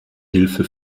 hilfe